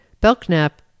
Belknap